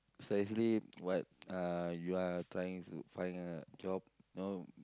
so actually what uh you are trying to find a job know